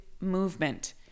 movement